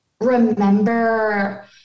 remember